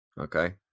Okay